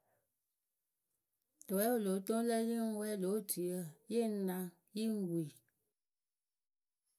Tʊwɛɛ wɨ lóo toŋ lǝ yɨ ŋ wɛɛ lǒ otuyǝ yɨŋ naŋ yɨŋ wii.